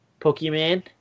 Pokemon